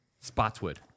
Spotswood